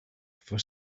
for